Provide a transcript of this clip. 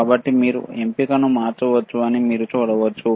కాబట్టి మీరు ఎంపికను మార్చవచ్చని మీరు చూడవచ్చు